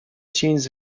teens